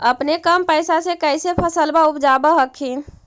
अपने कम पैसा से कैसे फसलबा उपजाब हखिन?